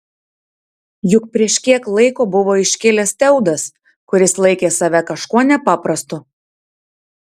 juk prieš kiek laiko buvo iškilęs teudas kuris laikė save kažkuo nepaprastu